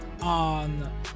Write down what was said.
on